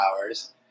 hours